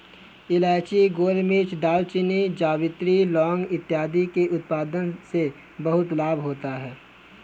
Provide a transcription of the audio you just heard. इलायची, गोलमिर्च, दालचीनी, जावित्री, लौंग इत्यादि के उत्पादन से बहुत लाभ होता है